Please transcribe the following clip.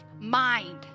mind